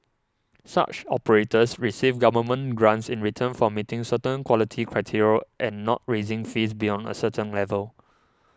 such operators receive government grants in return for meeting certain quality criteria and not raising fees beyond a certain level